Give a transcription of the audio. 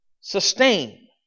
sustain